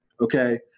Okay